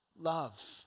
love